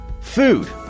Food